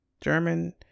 German